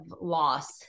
loss